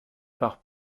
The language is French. part